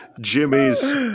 Jimmy's